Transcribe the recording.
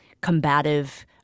combative